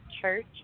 church